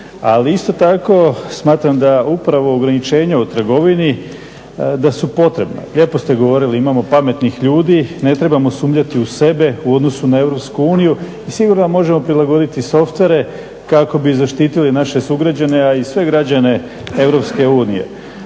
Ali isto tako smatram da ograničenje u trgovini da su potrebna. Lijepo ste govorili imamo pametnih ljudi, ne trebamo sumnjati u sebe u odnosu na EU i sigurno možemo prilagoditi softvere kako bi zaštitili naše sugrađane a i sve građane EU.